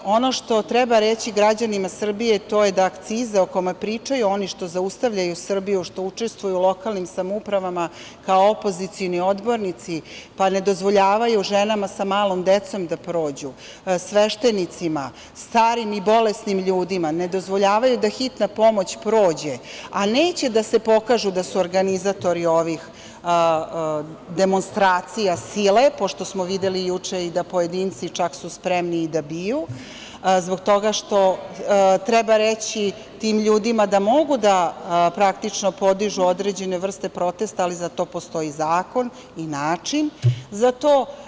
Ono što treba reći građanima Srbije to je da akcize, o kojima pričaju oni što zaustavljaju Srbiju, što učestvuju u lokalnim samoupravama kao opozicioni odbornici, pa ne dozvoljavaju ženama sa malom decom da prođu, sveštenicima, starim i bolesnim ljudima, ne dozvoljavaju da hitna pomoć prođe, a neće da se pokažu da su organizatori ovih demonstracija sile, pošto smo videli juče da su pojedinci spremni i da biju, treba reći tim ljudima da mogu da podižu određene vrste protesta, ali za to postoji zakon i način za to.